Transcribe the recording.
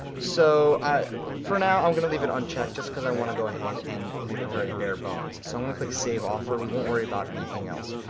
so for now, i'm gonna leave it on check just cause i wanna go ahead and leave it very bare-boned. so i'm gonna click save offer. we won't worry about anything else.